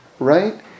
right